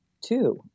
Two